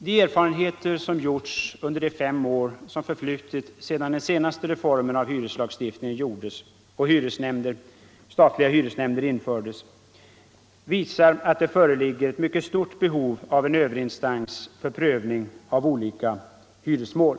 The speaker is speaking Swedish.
De erfarenheter som gjorts under de fem år som förflutit sedan den senaste reformen av hyreslagstiftningen genomfördes och statliga hyresnämnder inrättades visar att det föreligger ett mycket stort behov av en överinstans för prövning av olika hyresmål.